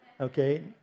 Okay